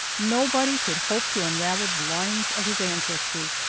nobody could hope to unravel the lines of his ancestry.